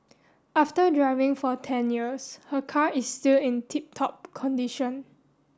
after driving for ten years her car is still in tip top condition